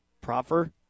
Proffer